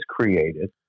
created